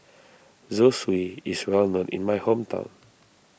Zosui is well known in my hometown